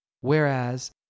whereas